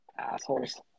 Assholes